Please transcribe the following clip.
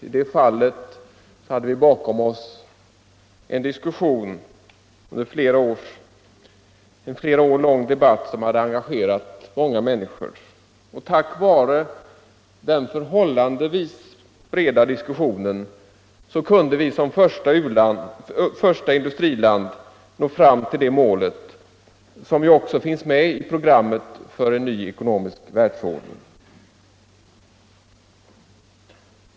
I det fallet har vi bakom oss en flera år lång debatt, som har engagerat många människor. Tack vare den förhållandevis breda diskussionen kunde vi såsom första industriland nå fram till detta mål, som också finns med i programmet för en ny ekonomisk världsordning.